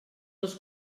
les